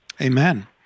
Amen